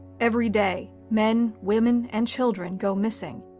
every day, men, women, and children go missing,